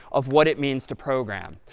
of what it means to program.